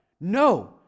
No